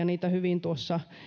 niitä hyvin tuossa